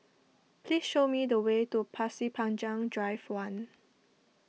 please show me the way to Pasir Panjang Drive one